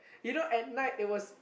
you know at night it was